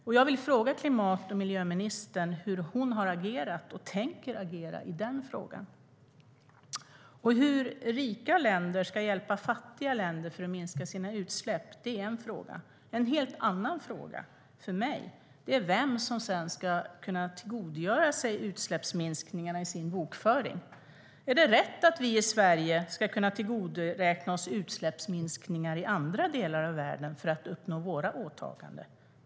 Därför vill jag fråga klimat och miljöministern hur hon har agerat och tänker agera i den frågan. Hur rika länder ska hjälpa fattiga länder att minska sina utsläpp är också en fråga. En helt annan fråga för mig är vem som sedan ska kunna tillgodoräkna sig utsläppsminskningarna i sin bokföring. Är det rätt att vi i Sverige ska kunna tillgodoräkna oss utsläppsminskningar i andra delar av världen för att uppnå våra åtaganden?